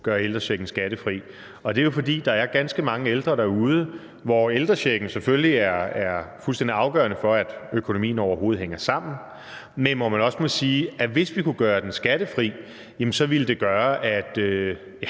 gøre ældrechecken skattefri. Det er jo, fordi der er ganske mange ældre derude, for hvem ældrechecken selvfølgelig er fuldstændig afgørende for, at økonomien overhovedet hænger sammen. Men man må også sige, at hvis vi kunne gøre den skattefri, så ville det gøre, at